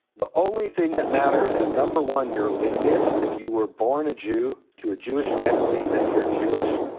the only thing that matters is number one, your lineage, if you were born a jew to a jewish family, then you're jewish.